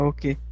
Okay